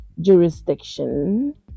jurisdiction